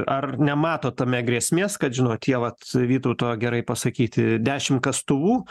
ar nematot tame grėsmės kad žinot tie vat vytauto gerai pasakyti dešimt kastuvų